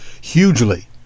hugely